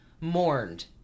mourned